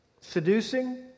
seducing